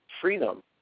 freedom